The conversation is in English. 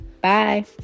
Bye